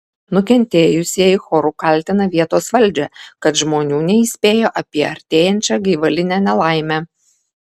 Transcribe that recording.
nukentėjusieji choru kaltina vietos valdžią kad žmonių neįspėjo apie artėjančią gaivalinę nelaimę